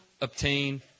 obtain